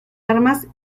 armas